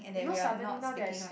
you know suddenly now there's